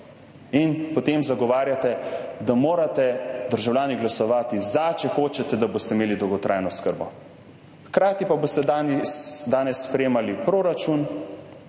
in potem zagovarjate, da morajo državljani glasovati za, če hočejo, da bodo imeli dolgotrajno oskrbo. Hkrati pa boste danes sprejemali proračun,